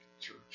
church